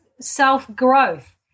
self-growth